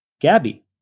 Gabby